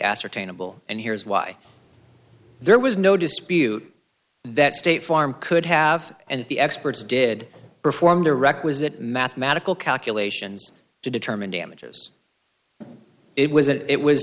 ascertainable and here's why there was no dispute that state farm could have and the experts did perform the requisite mathematical calculations to determine damages it was it was